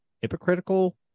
hypocritical